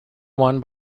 won